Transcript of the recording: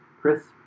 Chris